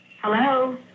Hello